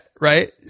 right